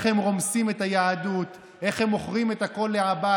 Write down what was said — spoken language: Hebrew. שהביאה שרים מיותרים וג'ובים מיותרים,